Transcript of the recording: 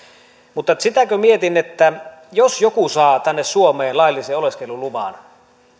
mutta sitä mietin että jos joku saa tänne suomeen laillisen oleskeluluvan